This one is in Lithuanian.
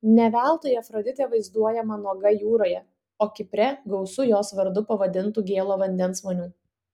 ne veltui afroditė vaizduojama nuoga jūroje o kipre gausu jos vardu pavadintų gėlo vandens vonių